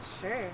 Sure